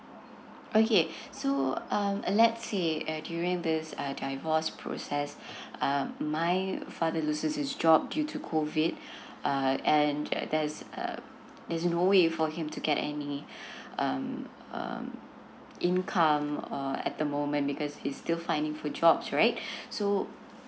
okay so um let's say err during this divorce process um my father loses his job due to C O V I D uh and there is err there's no way for him to get any um um income uh at the moment because he's still finding good jobs right so